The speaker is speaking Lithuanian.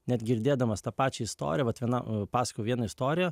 net girdėdamas tą pačią istorijąvat viena pasakojau vieną istoriją